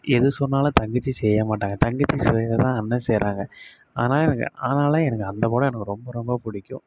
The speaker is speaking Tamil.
எது சொன்னாலும் தங்கச்சி செய்ய மாட்டாங்க தங்கச்சி செய்றதைதான் அண்ணன் செய்றாங்க ஆனால் எனக்கு ஆனால் எனக்கு அந்த படம் எனக்கு ரொம்ப ரொம்ப பிடிக்கும்